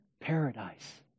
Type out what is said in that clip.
paradise